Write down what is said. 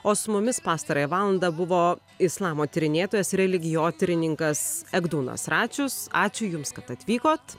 o su mumis pastarąją valandą buvo islamo tyrinėtojas religijotyrininkas egdūnas račius ačiū jums kad atvykot